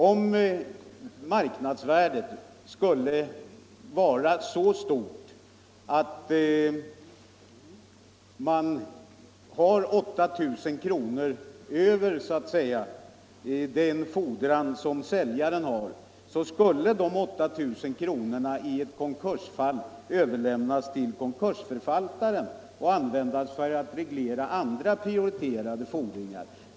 Om marknadsvärdet skulle vara så stort att det vid försäljningen ligger 8 000 över säljarens fordran, skulle dessa 8 000 kronor i ett konkursfall överlåtas till konkursförvaltaren och användas för att reglera andra fordringar.